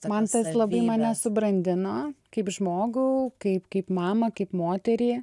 mantas labai mane subrandino kaip kaip žmogų kaip kaip mamą kaip moterį